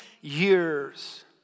years